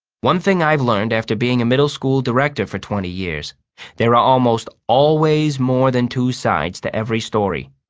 one thing i've learned after being a middle-school director for twenty years there are almost always more than two sides to every story.